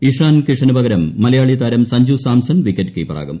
ഇഷാൻ കിഷന് പകരം മലയാളി താരം സഞ്ജു സാംസൺ വിക്കറ്റ് കീപ്പറാകും